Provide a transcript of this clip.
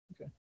Okay